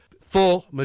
full